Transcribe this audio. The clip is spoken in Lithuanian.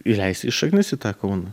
įleisti šaknis į tą kauną